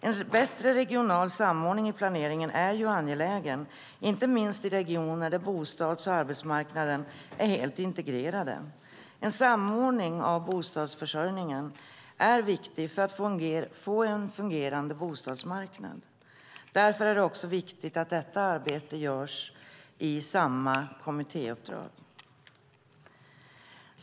En bättre regional samordning i planeringen är ju angelägen, inte minst i regioner där bostads och arbetsmarknaden är helt integrerad. En samordning av bostadsförsörjningen är viktig för att få en fungerande bostadsmarknad. Därför är det också viktigt att detta arbete görs i samma kommittéuppdrag.